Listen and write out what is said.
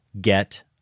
get